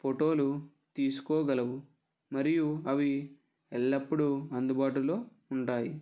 ఫోటోలు తీసుకోగలవు మరియు అవి ఎల్లప్పుడూ అందుబాటులో ఉంటాయి